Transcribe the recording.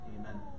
amen